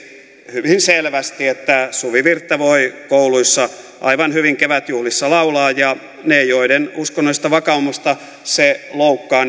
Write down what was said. hyvin selvästi että suvivirttä voi kouluissa aivan hyvin kevätjuhlissa laulaa ja niillä joiden uskonnollista vakaumusta se loukkaa